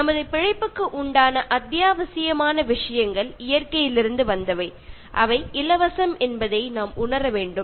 நமது பிழைப்புக்கு உண்டான அத்தியாவசியமான விஷயங்கள் இயற்கையிலிருந்து வந்தவை அவை இலவசம் என்பதை நாம் உணர வேண்டும்